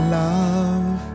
love